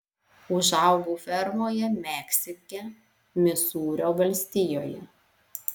užaugau fermoje meksike misūrio valstijoje